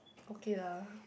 okay lah